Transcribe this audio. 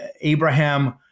Abraham